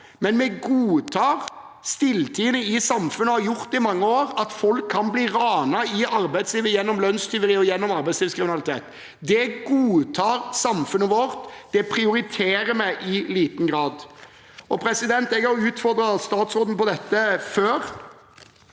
Men vi godtar stilltiende i samfunnet, og har gjort det i mange år, at folk kan bli ranet i arbeidslivet gjennom lønnstyveri og gjennom arbeidslivskriminalitet. Det godtar samfunnet vårt. Det prioriterer vi i liten grad. Jeg har utfordret statsråden på dette før.